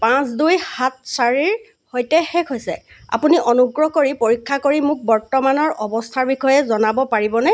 পাঁচ দুই সাত চাৰিৰ সৈতে শেষ হৈছে আপুনি অনুগ্ৰহ কৰি পৰীক্ষা কৰি মোক বৰ্তমানৰ অৱস্থাৰ বিষয়ে জনাব পাৰিবনে